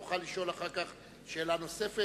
תוכל לשאול אחר כך שאלה נוספת.